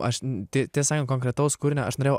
aš tiesą sakant konkretaus kūrinio aš norėjau